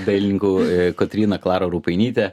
dailininku kotryna klara rupainyte